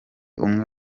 umwe